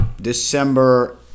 december